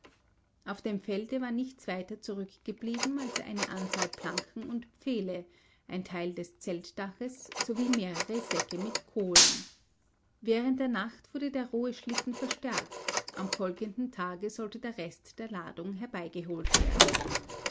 auf dem felde war nichts weiter zurückgeblieben als eine anzahl planken und pfähle ein teil des zeltdaches sowie mehrere säcke mit kohlen während der nacht wurde der rohe schlitten verstärkt am folgenden tage sollte der rest der ladung herbeigeholt werden